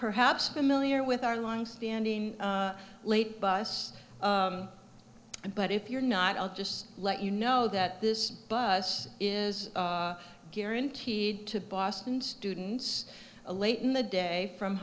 perhaps familiar with our long standing late bus and but if you're not i'll just let you know that this bus is guaranteed to boston students a late in the day from